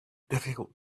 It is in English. difficult